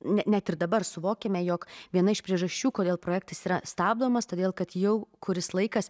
ne net ir dabar suvokiame jog viena iš priežasčių kodėl projektas yra stabdomas todėl kad jau kuris laikas